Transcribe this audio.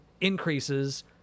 increases